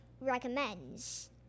recommends